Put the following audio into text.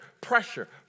pressure